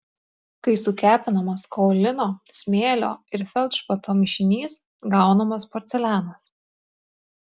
kai sukepinamas kaolino smėlio ir feldšpato mišinys gaunamas porcelianas